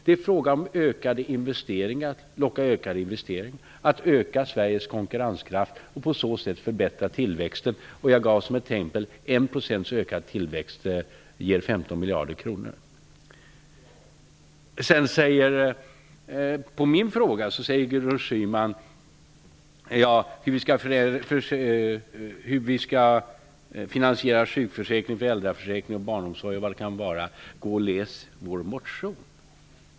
Det är fråga om att locka till sig ökade investeringar, att öka Sveriges konkurrenskraft och på så sätt förbättra tilväxten. Som exempel angav jag att 1 % ökad tillväxt ger 15 miljarder kronor. På min fråga om hur vi skall finansiera sjukförsäkring, föräldraförsäkring och barnomsorg svarar Gudrun Schyman: Gå och läs vår motion!